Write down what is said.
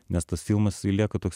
nes tas filmas jisai lieka toks